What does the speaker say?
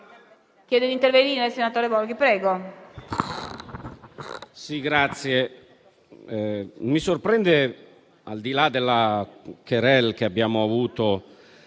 Presidente, al di là della *querelle* che abbiamo avuto